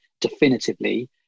definitively